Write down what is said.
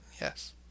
Yes